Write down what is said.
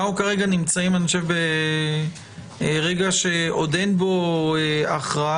אנחנו כרגע נמצאים ברגע שעוד אין בו הכרעה